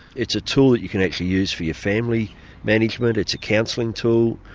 it's a tool that you can actually use for your family management, it's a counselling tool,